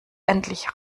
endlich